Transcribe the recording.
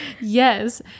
Yes